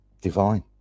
divine